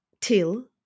till